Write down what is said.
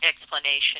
explanation